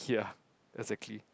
ya exactly